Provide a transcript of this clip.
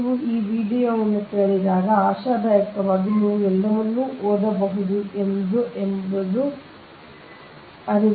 ನೀವು ಈ ವೀಡಿಯೊವನ್ನು ಕೇಳಿದಾಗ ಆಶಾದಾಯಕವಾಗಿ ನೀವು ಎಲ್ಲವನ್ನೂ ಓದಬಹುದು ಎಂದು ಆಶಾದಾಯಕವಾಗಿ ನೋಡಿ